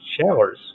showers